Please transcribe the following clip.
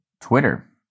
Twitter